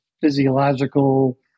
physiological